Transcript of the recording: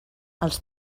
els